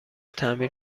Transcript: تعمیر